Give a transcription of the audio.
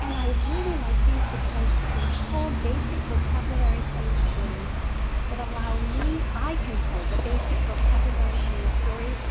and i really like these because they pull basic vocabulary from the stories that allow me. i can pull the basic vocabulary from the stories